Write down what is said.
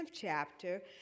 chapter